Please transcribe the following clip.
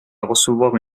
recevoir